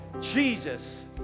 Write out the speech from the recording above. Jesus